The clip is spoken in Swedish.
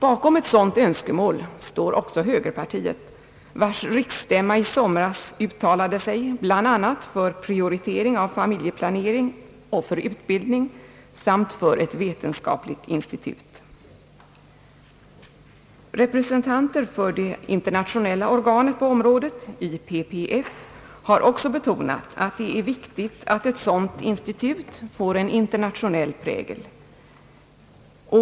Bakom ett sådant önskemål står också högerpartiet, vars riksstämma i somras uttalade sig bl.a. för prioritering av familjeplanering och utbildning samt för ett vetenskapligt institut. Representanter för det internationella organet, IPPF, har också betonat, att det är viktigt att ett sådant institut får en internationell prägel.